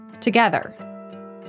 together